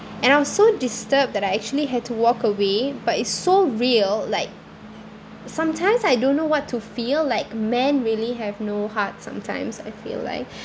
and I was so disturbed that I actually had to walk away but it's so real like sometimes I don't know what to feel like men really have no heart sometimes I feel like